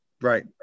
Right